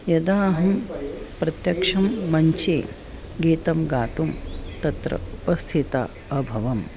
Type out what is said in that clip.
यदा अहं प्रत्यक्षं मञ्चे गीतं गातुं तत्र उपस्थिता अभवम्